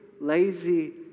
lazy